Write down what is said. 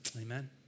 Amen